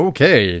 Okay